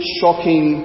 shocking